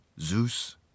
Zeus